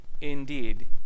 indeed